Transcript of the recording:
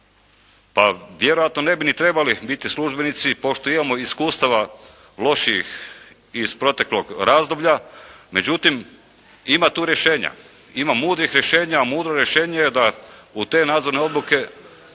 Pa vjerojatno ne bi ni trebali biti službenici, pošto imamo iskustava lošijih iz proteklog razdoblja, međutim ima tu rješenja. Ima mudrih rješenja, a mudro rješenje je da u te nadzorne odbore uputimo